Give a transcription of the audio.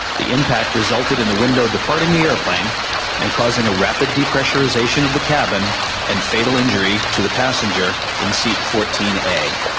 the impact resulted in the window departing the airplane and causing a rapid depressurization of the cabin and fatal injury to the passenger in seat fourteen a.